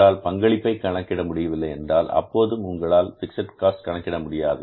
உங்களால் பங்களிப்பை கணக்கிட முடியவில்லை என்றால் அப்போதும் உங்களால் பிக்ஸட் காஸ்ட் கணக்கிட முடியாது